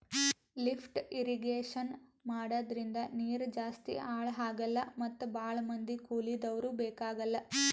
lift irrigation ಮಾಡದ್ರಿಂದ ನೀರ್ ಜಾಸ್ತಿ ಹಾಳ್ ಆಗಲ್ಲಾ ಮತ್ ಭಾಳ್ ಮಂದಿ ಕೂಲಿದವ್ರು ಬೇಕಾಗಲ್